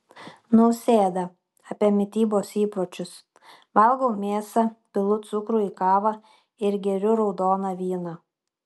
nausėda apie mitybos įpročius valgau mėsą pilu cukrų į kavą ir geriu raudoną vyną